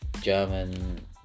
German